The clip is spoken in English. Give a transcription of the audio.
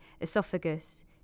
esophagus